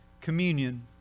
communion